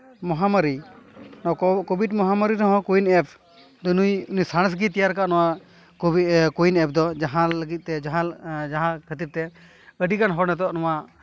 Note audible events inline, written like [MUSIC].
ᱢᱚᱦᱟᱢᱟᱨᱤ ᱠᱳᱼᱠᱳᱵᱷᱤᱰ ᱢᱚᱦᱟᱢᱟᱨᱤ ᱨᱮᱦᱚᱸ ᱠᱳ ᱩᱭᱤᱱ ᱮᱯᱥ ᱫᱚ ᱱᱩᱭ ᱱᱩᱭ ᱥᱟᱬᱮᱥ ᱜᱮᱭ ᱛᱮᱭᱟᱨ ᱠᱟᱜᱼᱟ ᱱᱚᱣᱟ [UNINTELLIGIBLE] ᱠᱳᱭᱤᱱ ᱮᱯᱥ ᱫᱚ ᱡᱟᱦᱟᱸ ᱞᱟᱹᱜᱤᱫ ᱛᱮ ᱡᱟᱦᱟᱸ ᱡᱟᱦᱟᱸ ᱠᱷᱟᱹᱛᱤᱨ ᱛᱮ ᱟᱹᱰᱤᱜᱟᱱ ᱦᱚᱲ ᱱᱤᱛᱳᱜ ᱱᱚᱣᱟ